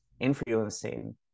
influencing